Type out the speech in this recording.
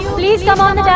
please come on and